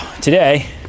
today